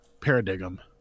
Paradigm